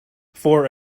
for